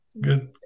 good